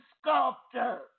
sculptor